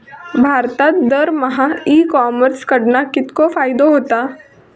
भारतात दरमहा e commerce कडणा कितको फायदो होता?